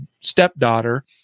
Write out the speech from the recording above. stepdaughter